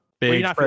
big